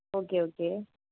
okay okay